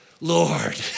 Lord